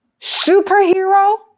Superhero